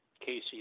Casey